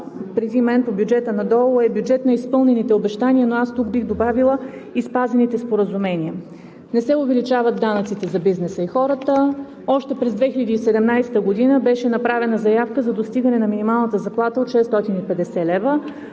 преди мен по бюджета на ДОО, е бюджет на изпълнените обещания, но аз бих добавила – и спазените споразумения. Не се увеличават данъците за бизнеса и хората. Още през 2017 г. беше направена заявка за достигане на минималната заплата от 650 лв.,